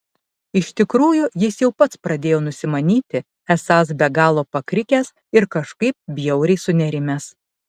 iš tikrųjų jis jau pats pradėjo nusimanyti esąs be galo pakrikęs ir kažkaip bjauriai sunerimęs